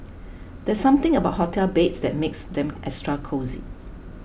there's something about hotel beds that makes them extra cosy